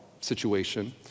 situation